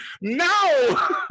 No